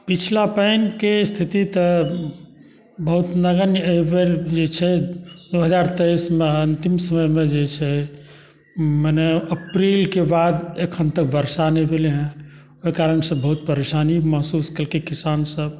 पछिला पानिके स्थिति तऽ बहुत नगण्य एहिबेर जे छै दुइ हजार तेइसमे तहन अन्तिम समयमे जे छै मने अप्रीलके बाद एखन तक वर्षा नहि भेलै हँ ओहि कारणसँ बहुत परेशानी महसूस केलकै किसानसब